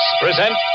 present